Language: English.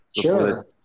Sure